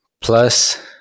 plus